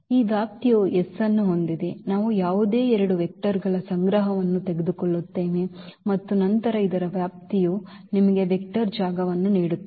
ಈ ವ್ಯಾಪ್ತಿಯು S ಅನ್ನು ಹೊಂದಿದೆ ನಾವು ಯಾವುದೇ ಎರಡು ವೆಕ್ಟರ್ಗಳ ಸಂಗ್ರಹವನ್ನು ತೆಗೆದುಕೊಳ್ಳುತ್ತೇವೆ ಮತ್ತು ನಂತರ ಇದರ ವ್ಯಾಪ್ತಿಯು ನಿಮಗೆ ವೆಕ್ಟರ್ ಜಾಗವನ್ನು ನೀಡುತ್ತದೆ